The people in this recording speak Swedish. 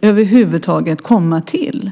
över huvud taget vill komma till?